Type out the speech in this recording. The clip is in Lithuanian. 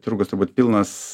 turgus turbūt pilnas